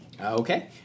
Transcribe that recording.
Okay